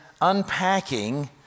unpacking